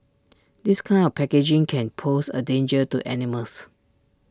this kind of packaging can pose A danger to animals